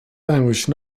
language